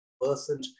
person